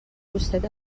gustet